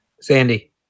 Sandy